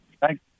Thanks